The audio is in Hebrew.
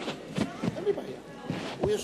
הצעת